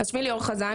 שמי ליאור חזן,